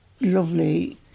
lovely